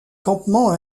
campement